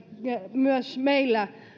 myös meillä